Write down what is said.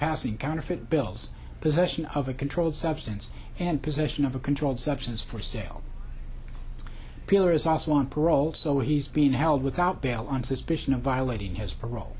passing counterfeit bills possession of a controlled substance and possession of a controlled substance for sale dealer is also on parole so he's being held without bail on suspicion of violating his parole